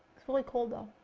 really cold though!